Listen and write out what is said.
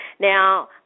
Now